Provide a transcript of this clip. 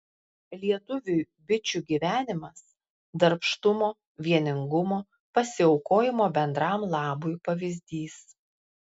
lietuviui bičių gyvenimas darbštumo vieningumo pasiaukojimo bendram labui pavyzdys